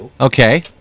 Okay